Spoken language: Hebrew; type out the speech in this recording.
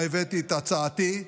שבה הבאתי את הצעתי,